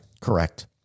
Correct